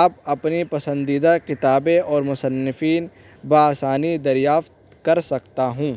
آپ اپنی پسندیدہ کتابیں اور مصنفین بآسانی دریافت کر سکتا ہوں